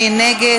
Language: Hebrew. מי נגד?